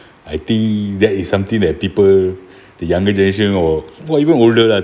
I think that is something that people the younger generation or even older lah